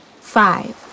five